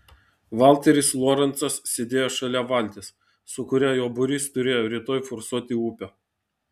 valteris lorencas sėdėjo šalia valties su kuria jo būrys turėjo rytoj forsuoti upę